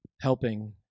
helping